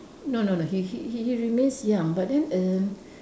no no no he he he remains young but then err